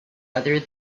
other